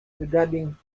regarding